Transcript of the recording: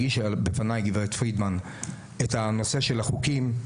הגישה בפניי גברת פרידמן את הנושא של החוקים.